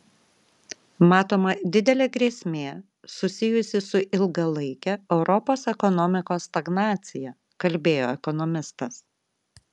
matoma didelė grėsmė susijusi su ilgalaike europos ekonomikos stagnacija kalbėjo ekonomistas